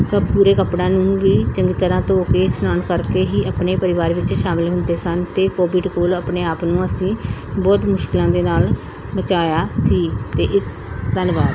ਕਿ ਪੂਰੇ ਕੱਪੜਿਆਂ ਨੂੰ ਵੀ ਚੰਗੀ ਤਰ੍ਹਾਂ ਧੋ ਕੇ ਇਸ਼ਨਾਨ ਕਰਕੇ ਹੀ ਆਪਣੇ ਪਰਿਵਾਰ ਵਿੱਚ ਸ਼ਾਮਿਲ ਹੁੰਦੇ ਸਨ ਅਤੇ ਕੋਵਿਡ ਕੋਲ ਆਪਣੇ ਆਪ ਨੂੰ ਅਸੀਂ ਬਹੁਤ ਮੁਸ਼ਕਿਲਾਂ ਦੇ ਨਾਲ ਬਚਾਇਆ ਸੀ ਅਤੇ ਇਹ ਧੰਨਵਾਦ